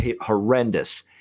horrendous